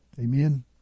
Amen